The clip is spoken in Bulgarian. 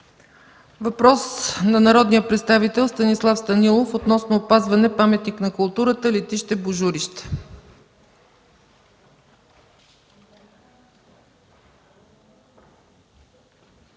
Въпрос от народния представител Станислав Станилов относно опазване паметник на културата – летище Божурище.